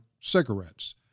cigarettes